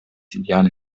juliane